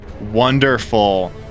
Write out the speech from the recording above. Wonderful